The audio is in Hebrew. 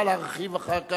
תוכל להרחיב אחר כך,